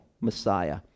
Messiah